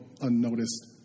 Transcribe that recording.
unnoticed